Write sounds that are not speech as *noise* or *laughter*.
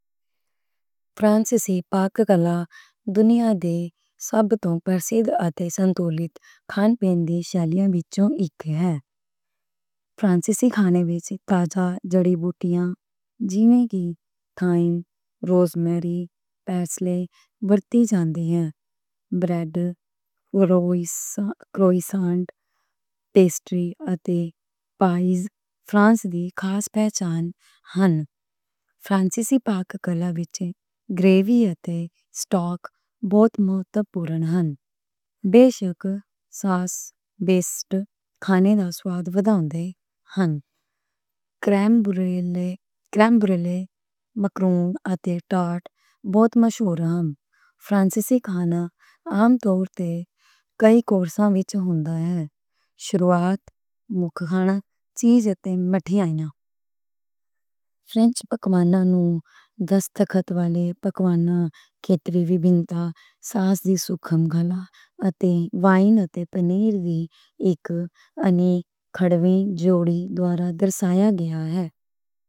فرانسیسی پاک کلا دنیا دی سب تو پیچیدہ اتے سنکلت کھان پین دیاں شیلیاں وچ اک ہے۔ فرانسیسی کھانے وچ تازہ جڑی بوٹیاں جیویں تھائم، روزمیری، پارسلے ورتی جاندیاں ہن۔ بریڈ *unintelligible* فرانسیسی پاک کلا وچ گریوی اتے اسٹاک بہت مہتوپورن ہن۔ بیشک ساس بہترین کھانے دا ذائقہ ودھاؤندے ہن۔ کریم *hesitation* برولے، مکرون اتے ٹارٹ بہت مشہور ہن۔ فرانسیسی کھانا عام طور تے کئی کورساں وچ ہوندا ہے۔ شروعات، مُکھ کھانا، چیز اتے مٹھائی اینہ۔ فرانسیسی پکوان نوں دستخط والے پکوان، کھیتری وسائل اتے وائن نال انوکھی جوڑیاں دے نال پہچان بن دی ہے۔